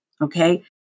okay